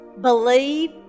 believe